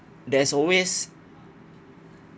there's always